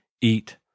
eat